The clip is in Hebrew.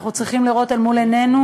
אנחנו צריכים לראות אל מול עינינו,